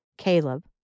Caleb